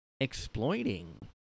exploiting